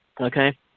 Okay